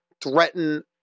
threaten